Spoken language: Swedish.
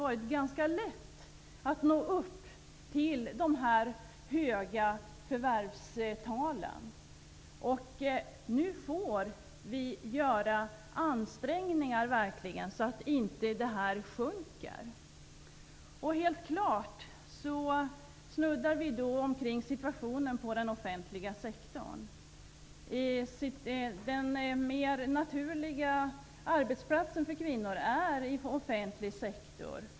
Det har varit lätt att nå upp till de höga förvärvstalen. Nu får vi verkligen göra ansträngningar så att de inte sjunker. Helt klart snuddar vi då vid situationen inom den offentliga sektorn. Den mer naturliga arbetsplatsen för kvinnor är i offentlig sektor.